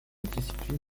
discipline